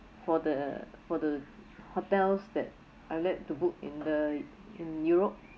for the for the hotels that I would like to book in the in europe